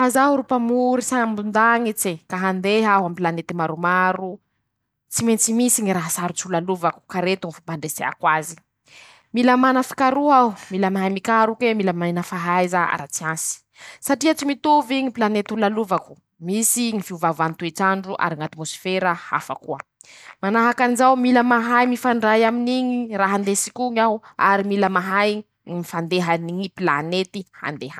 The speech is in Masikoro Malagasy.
Laha zaho ro mpamory sambon-danitse ,ka handeha aho aminy pilanety maromaro tsy maintsy misy ñy raha sarotsy ho lalovako ,ka reto ñy fomba andreseako aze: -Mila mana fikaroha aho, mila mahay mikaroke ,mila maina fahaiza ara-tsiansy ,satria tsy mitovy ñy pilaneta ho lalovako ,misy ñy fiovaovany ñy toetsandro ary ñ'atimôsifera hafa koa, manahaky anizao ,mila mahay mifandray aminy iñy raha andesik'oñy aho ary mila mahay ñy fandehany ñy pilanety handehanako o.